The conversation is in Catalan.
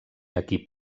equip